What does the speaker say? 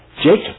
Jacob